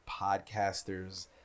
podcasters